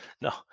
No